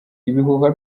ibihuha